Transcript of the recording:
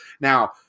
Now